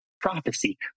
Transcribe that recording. prophecy